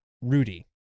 Rudy